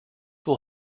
will